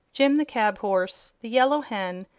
jim the cab-horse, the yellow hen,